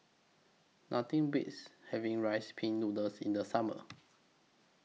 Nothing Beats having Rice Pin Noodles in The Summer